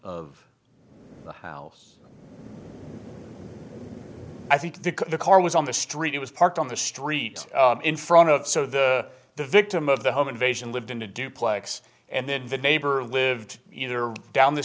the house i think that the car was on the street it was parked on the street in front of so the the victim of the home invasion lived in a duplex and then the neighbor lived either down the